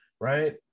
right